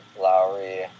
Lowry